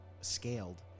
scaled